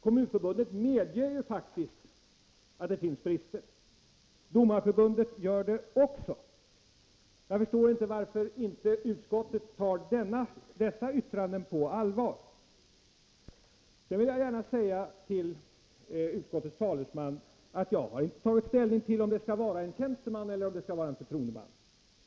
Kommunförbundet medger faktiskt att överförmyndarorganisationen har brister, och det gör även Sveriges domareförbund. Jag förstår inte varför inte utskottet tar deras remissyttranden på allvar. Låt mig få säga till utskottets talesman att jag inte har tagit ställning till om överförmyndaren skall vara en tjänsteman eller en förtroendeman.